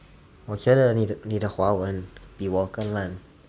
我觉得你的华文比我更烂